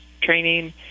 training